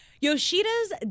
Yoshida's